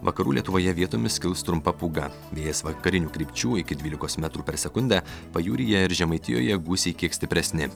vakarų lietuvoje vietomis kils trumpa pūga vėjas vakarinių krypčių iki dvylikos metrų per sekundę pajūryje ir žemaitijoje gūsiai kiek stipresni